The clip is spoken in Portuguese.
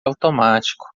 automático